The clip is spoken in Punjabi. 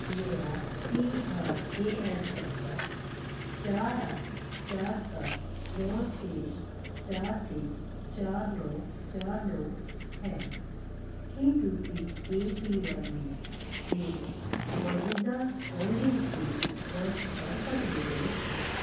ਮੇਰਾ P R A N number ਚਾਰ ਅੱਠ ਚਾਰ ਸੱਤ ਨੌਂ ਛੇ ਚਾਰ ਤਿੰਨ ਚਾਰ ਨੌਂ ਚਾਰ ਨੌਂ ਹੈ ਕੀ ਤੁਸੀਂ ਏ ਪੀ ਵਾਈ ਵਿੱਚ ਮੇਰੀ ਮੌਜੂਦਾ ਹੋਲਡਿੰਗਜ਼ ਦੀ ਜਾਂਚ ਕਰ ਸਕਦੇ ਹੋ